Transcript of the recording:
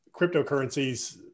cryptocurrencies